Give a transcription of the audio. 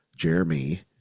Jeremy